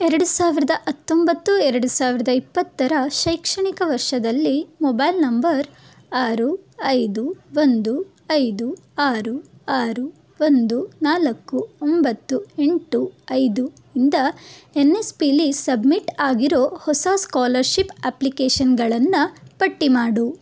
ಎರಡು ಸಾವಿರದ ಹತ್ತೊಂಬತ್ತು ಎರಡು ಸಾವಿರದ ಇಪ್ಪತ್ತರ ಶೈಕ್ಷಣಿಕ ವರ್ಷದಲ್ಲಿ ಮೊಬೈಲ್ ನಂಬರ್ ಆರು ಐದು ಒಂದು ಐದು ಆರು ಆರು ಒಂದು ನಾಲ್ಕು ಒಂಬತ್ತು ಎಂಟು ಐದು ಇಂದ ಎನ್ ಎಸ್ ಪಿಲಿ ಸಬ್ಮಿಟ್ ಆಗಿರೋ ಹೊಸ ಸ್ಕಾಲರ್ಶಿಪ್ ಅಪ್ಲಿಕೇಶನ್ಗಳನ್ನು ಪಟ್ಟಿ ಮಾಡು